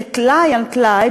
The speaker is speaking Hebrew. כטלאי על טלאי,